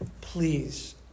Please